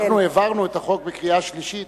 אנחנו העברנו את החוק בקריאה שלישית.